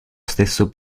stesso